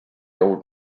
old